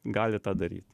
gali tą daryt